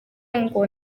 ngo